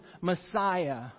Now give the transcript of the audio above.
Messiah